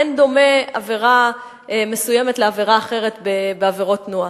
אין דומה עבירה מסוימת לעבירה אחרת בעבירות תנועה.